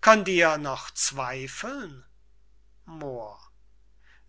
könnt ihr noch zweifeln moor